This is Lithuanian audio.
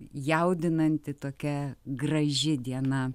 jaudinanti tokia graži diena